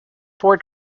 four